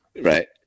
Right